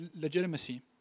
legitimacy